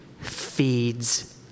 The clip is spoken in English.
feeds